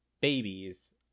babies